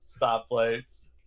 stoplights